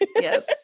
yes